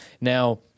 Now